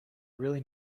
really